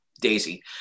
daisy